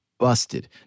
busted